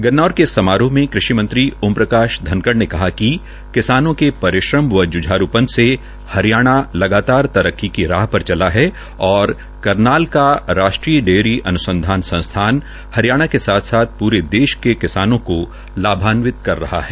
गन्नौर के इस समारोह मे कृषि मंत्री ओम प्रकाश धनखड़ ने कहा कि किसान के परिश्रम व ज्झारूपन से हरियाणा लगातार तरक्की की राह पर चला है और करनाल का राष्ट्रीय डयेरी अन्संधान संस्थान हरियाणा के साथ साथ प्रे देश के किसानों को लाभान्वित कर रहा है